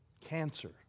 cancer